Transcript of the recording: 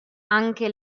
anche